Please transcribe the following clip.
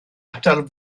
atal